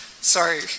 Sorry